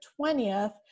20th